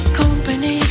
company